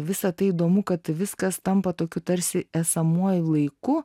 visa tai įdomu kad viskas tampa tokiu tarsi esamuoju laiku